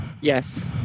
Yes